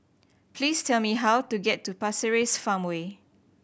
please tell me how to get to Pasir Ris Farmway